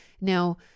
Now